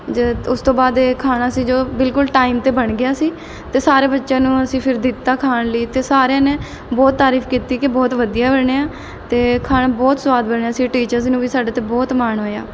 ਜ ਉਸ ਤੋਂ ਬਾਅਦ ਇਹ ਖਾਣਾ ਸੀ ਜੋ ਬਿਲਕੁਲ ਟਾਈਮ 'ਤੇ ਬਣ ਗਿਆ ਸੀ ਅਤੇ ਸਾਰੇ ਬੱਚਿਆਂ ਨੂੰ ਅਸੀਂ ਫਿਰ ਦਿੱਤਾ ਖਾਣ ਲਈ ਅਤੇ ਸਾਰਿਆਂ ਨੇ ਬਹੁਤ ਤਾਰੀਫ ਕੀਤੀ ਕਿ ਬਹੁਤ ਵਧੀਆ ਬਣਿਆ ਅਤੇ ਖਾਣਾ ਬਹੁਤ ਸਵਾਦ ਬਣਿਆ ਸੀ ਟੀਚਰਸ ਨੂੰ ਵੀ ਸਾਡੇ 'ਤੇ ਬਹੁਤ ਮਾਣ ਹੋਇਆ